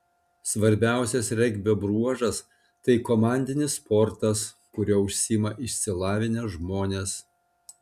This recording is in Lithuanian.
svarbiausias regbio bruožas tai komandinis sportas kuriuo užsiima išsilavinę žmonės